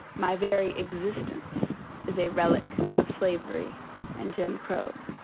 my very existence is a relic of slavery and jim crow.